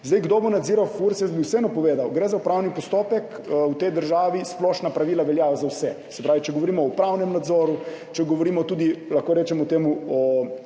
Zdaj, kdo bo nadziral Furs, jaz bi vseeno povedal, gre za upravni postopek, v tej državi splošna pravila veljajo za vse. Se pravi, če govorimo o upravnem nadzoru, če govorimo tudi, lahko rečemo temu,